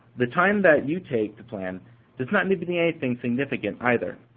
the time that you take to plan does not need to be anything significant either.